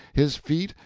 his feet,